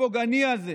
הפוגעני הזה.